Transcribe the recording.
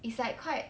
is like quite